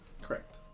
Correct